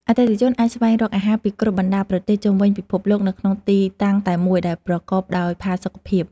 អតិថិជនអាចស្វែងរកអាហារពីគ្រប់បណ្តាប្រទេសជុំវិញពិភពលោកនៅក្នុងទីតាំងតែមួយដែលប្រកបដោយផាសុកភាព។